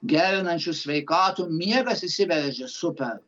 gerinančių sveikatą miegas išsiveržė super